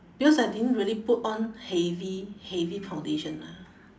because I didn't really put on heavy heavy foundation ah